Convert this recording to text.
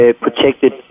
protected